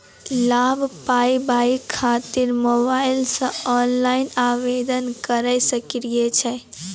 लाभ पाबय खातिर मोबाइल से ऑनलाइन आवेदन करें सकय छियै?